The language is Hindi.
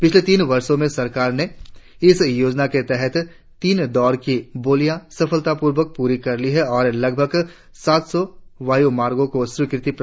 पिछले तीन वर्षों में सरकार ने इस योजना के तहत तीन दौर की बोलियां सफलतापूर्वक पूरी कर ली है और लगभग सात सौ वायुमार्गों को स्वीकृति प्रदान की है